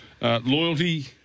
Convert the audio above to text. Loyalty